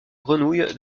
grenouille